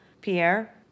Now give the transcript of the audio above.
Pierre